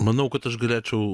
manau kad aš galėčiau